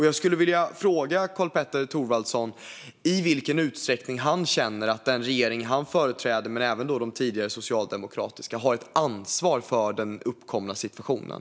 Jag skulle vilja fråga Karl-Petter Thorwaldsson i vilken utsträckning han känner att den regering han företräder men även de tidigare socialdemokratiska har ett ansvar för den uppkomna situationen.